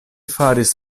faris